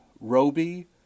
Roby